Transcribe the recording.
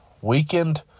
weakened